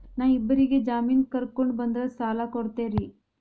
ನಾ ಇಬ್ಬರಿಗೆ ಜಾಮಿನ್ ಕರ್ಕೊಂಡ್ ಬಂದ್ರ ಸಾಲ ಕೊಡ್ತೇರಿ?